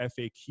FAQ